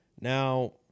Now